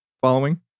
following